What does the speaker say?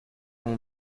mon